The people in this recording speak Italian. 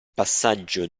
passaggio